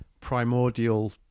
primordial